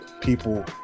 people